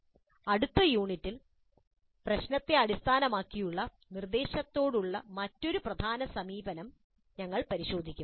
com അടുത്ത യൂണിറ്റിൽ പ്രശ്നത്തെ അടിസ്ഥാനമാക്കിയുള്ള നിർദ്ദേശങ്ങളോടുള്ള മറ്റൊരു പ്രധാന സമീപനം ഞങ്ങൾ പരിശോധിക്കും